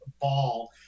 ball